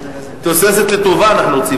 תוססת לטובה, אנחנו רוצים.